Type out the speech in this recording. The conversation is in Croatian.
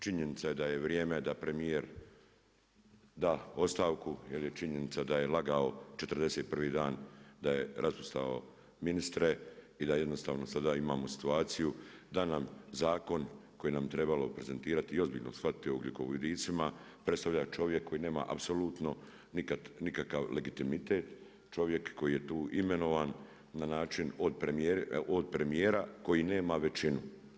Činjenica je da je vrijeme da premijer da ostavku, jer je činjenica da je lagao 41. dan da je raspustao ministre i da jednostavno sada imamo situaciju da nam zakon koji nam trebalo prezentirati i ozbiljno shvatiti o ugljikovodicima predstavlja čovjek koji nema apsolutno nikad nikakav legitimitet, čovjek koji je tu imenovan na način od premijera koji nema većinu.